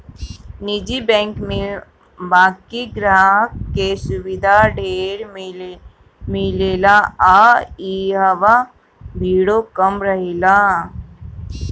निजी बैंक में बाकि ग्राहक के सुविधा ढेर मिलेला आ इहवा भीड़ो कम रहेला